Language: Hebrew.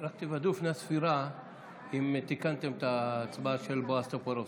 תוודאו לפני הספירה אם תיקנתם את הספירה של בועז טופורובסקי,